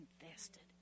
invested